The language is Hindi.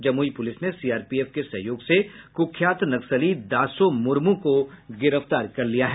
जमुई पुलिस ने सीआरपीएफ के सहयोग से कुख्यात नक्सली दासो मुर्मू को गिरफ्तार किया है